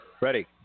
Ready